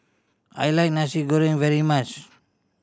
I like Nasi Goreng very much